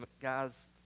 guys